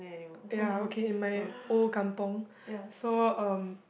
ya okay in my old kampung so um